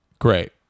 great